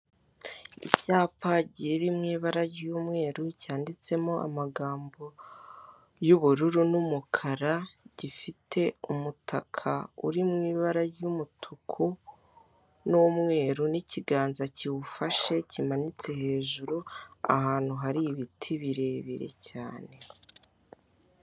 Icyapa kiri mu ibara ry'umweru cyanditsemo amagambo y'ubururu n'umukara, gifite umutaka uri mu ibara ry'umutuku n'umweru, n'ikiganza kiwufashe kimanitse hejuru, ahantu hari ibiti birebire cyane.